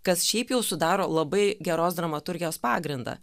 kas šiaip jau sudaro labai geros dramaturgijos pagrindą